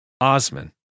Osman